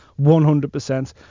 100%